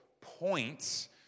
points